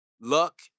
luck